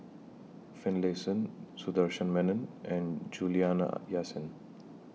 Finlayson Sundaresh Menon and Juliana Yasin